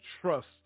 trust